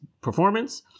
performance